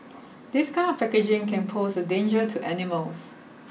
this kind of packaging can pose a danger to animals